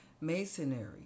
masonry